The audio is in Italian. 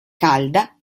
calda